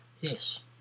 yes